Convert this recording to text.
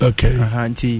Okay